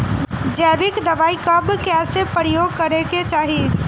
जैविक दवाई कब कैसे प्रयोग करे के चाही?